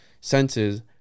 senses